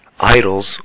idols